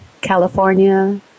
California